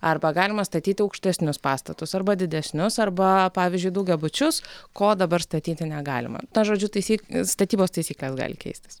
arba galima statyti aukštesnius pastatus arba didesnius arba pavyzdžiui daugiabučius ko dabar statyti negalima ta žodžiu taisyk statybos taisykles gali keistis